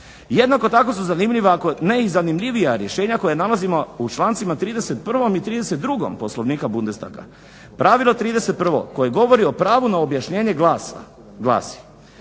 ako ne i zanimljivija rješenja koja nalazimo u člancima 31. i 32. Poslovnika Bundestaga. Pravilo 31 koje govori o pravu na objašnjenje glasa